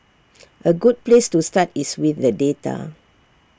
A good place to start is with the data